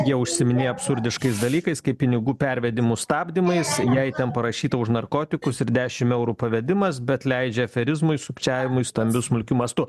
jie užsiiminėja absurdiškais dalykais kaip pinigų pervedimų stabdymais jei ten parašyta už narkotikus ir dešim eurų pavedimas bet leidžia aferizmui sukčiavimui stambiu smulkiu mastu